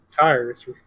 tires